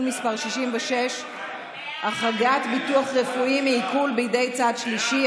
מס' 66) (החרגת ביטוח רפואי מעיקול בידי צד שלישי),